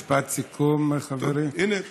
משפט סיכום, חברי, הינה.